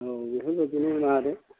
औ बेफोरबायदिनो माबादो